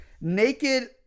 naked